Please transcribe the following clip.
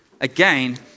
again